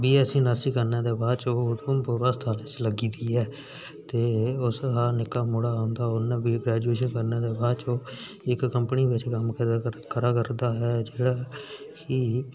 बी S C nursing करने दे बाद उधमुपर हस्पतालै च लग्गी दी ऐ ते उस शा निक्का मुड़ा उं'दा उ'न्न बी ग्रैजुेशन करने दे बाद च ओह् इक कंपनी बिच कम्म करा करदा ऐ जेह्ड़ा कि